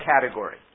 category